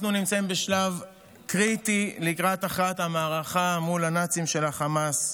אנחנו נמצאים בשלב קריטי לקראת הכרעת המערכה מול הנאצים של החמאס.